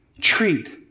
treat